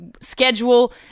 schedule